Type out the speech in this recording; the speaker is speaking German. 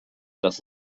dass